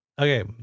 Okay